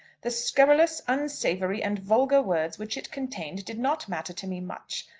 the scurrilous, unsavoury, and vulgar words which it contained did not matter to me much.